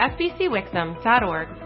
fbcwixom.org